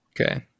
Okay